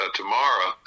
tomorrow